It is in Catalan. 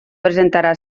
presentarà